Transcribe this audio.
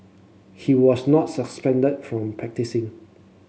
he was not suspended from practising